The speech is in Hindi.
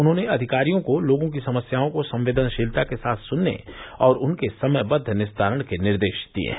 उन्होंने अधिकारियों को लोगों की समस्याओं को संवेदनशीलता के साथ सुनने और उनके समयबद्द निस्तारण के निर्देश दिए हैं